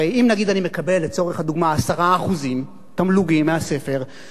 הרי אם אני מקבל לצורך הדוגמה 10% תמלוגים מ-98